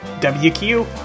WQ